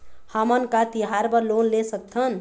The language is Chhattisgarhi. हमन का तिहार बर लोन ले सकथन?